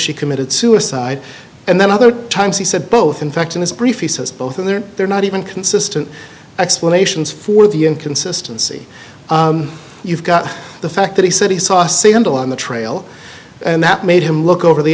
she committed suicide and then other times he said both in fact in this brief he says both in there they're not even consistent explanations for the inconsistency you've got the fact that he said he saw c handle on the trail and that made him look over the